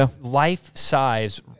life-size